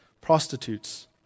prostitutes